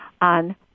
on